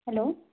hello